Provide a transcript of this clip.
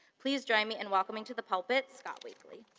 please join me in welcoming to the pulpit scott wakely.